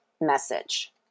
message